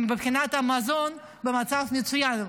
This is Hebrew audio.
מבחינת המזון הם במצב מצוין,